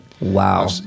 Wow